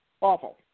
Awful